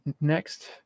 Next